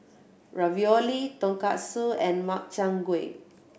Ravioli Tonkatsu and Makchang Gui